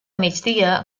migdia